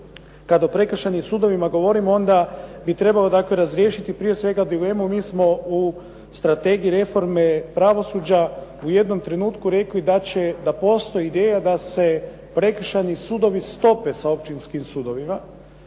kad o prekršajnim sudovima govorimo onda bi trebalo razriješiti prije svega dilemu, mi smo u Strategiji reforme pravosuđa u jednom trenutku rekli da postoji ideja da se prekršajni sudovi stope s općinskim sudovima